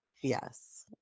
Yes